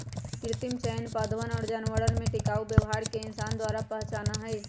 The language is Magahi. कृत्रिम चयन पौधवन और जानवरवन में टिकाऊ व्यवहार के इंसान द्वारा पहचाना हई